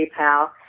PayPal